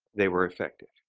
they were effective.